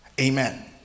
amen